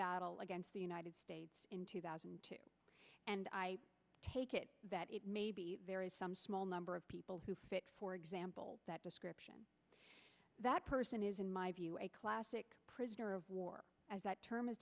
battle against the united states in two thousand and two and i take it that it may be there is some small number of people who fit for example description that person is in my view a classic prisoner of war as that term is